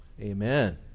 Amen